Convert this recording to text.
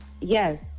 Yes